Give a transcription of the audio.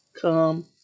come